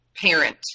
parent